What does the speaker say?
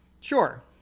Sure